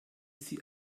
sie